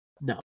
no